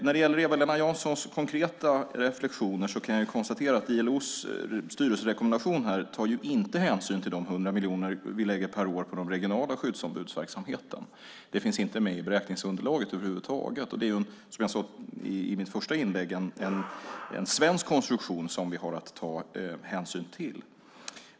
När det gäller Eva-Lena Janssons konkreta reflexioner kan jag konstatera att ILO:s styrelserekommendation inte tar hänsyn till de 100 miljoner per år som vi lägger på den regionala skyddsombudsverksamheten. Det finns inte med i beräkningsunderlaget över huvud taget. Det är, som jag sade i mitt första inlägg, en svensk konstruktion som vi har att ta hänsyn till.